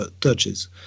touches